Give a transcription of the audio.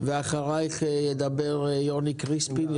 ואחריך ידבר יוני קריספין,